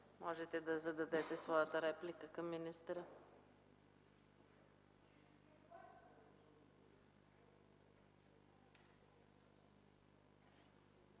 можете да зададете своята реплика към министъра.